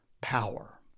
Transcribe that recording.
power